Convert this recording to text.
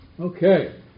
Okay